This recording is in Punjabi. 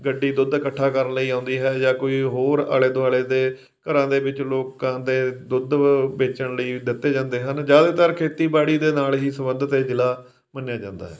ਗੱਡੀ ਦੁੱਧ ਇਕੱਠਾ ਕਰਨ ਲਈ ਆਉਂਦੀ ਹੈ ਜਾਂ ਕੋਈ ਹੋਰ ਆਲ਼ੇ ਦੁਆਲ਼ੇ ਦੇ ਘਰਾਂ ਦੇ ਵਿੱਚ ਲੋਕਾਂ ਦੇ ਦੁੱਧ ਵੇਚਣ ਲਈ ਦਿੱਤੇ ਜਾਂਦੇ ਹਨ ਜ਼ਿਆਦਾਤਰ ਖੇਤੀਬਾੜੀ ਦੇ ਨਾਲ ਹੀ ਸੰਬੰਧਿਤ ਇਹ ਜ਼ਿਲ੍ਹਾ ਮੰਨਿਆ ਜਾਂਦਾ ਹੈ